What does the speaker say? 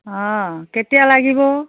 অঁ কেতিয়া লাগিব